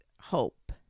hope